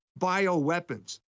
bioweapons